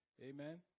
Amen